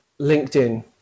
LinkedIn